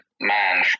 man